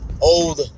Old